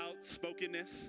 outspokenness